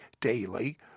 daily